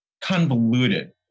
convoluted